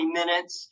minutes